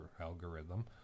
algorithm